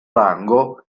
rango